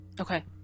Okay